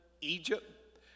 Egypt